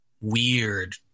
weird